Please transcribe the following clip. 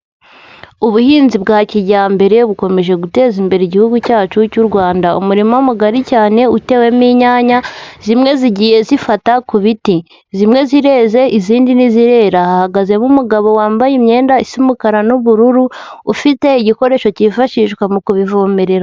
Ubuhinzi bwa kijyambere bukomeje guteza imbere igihugu cyacu cy'u Rwanda. Umurima mugari cyane utewemo inyanya, zimwe zigiye zifata ku biti. Zimwe zireze, izindi ntizirera. Hahagazemo umugabo wambaye imyenda isa umukara n'ubururu ufite igikoresho cyifashishwa mu kubivomerera.